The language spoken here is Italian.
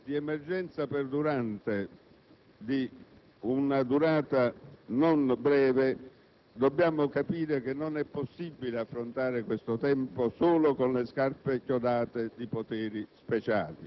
Abbiamo di fronte un tempo non breve, che sarà comunque di crisi. È bene che ci rendiamo conto di questo. Le soluzioni strutturali non potranno essere